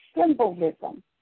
symbolism